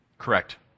correct